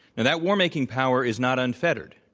and that war-making power is not unfettered.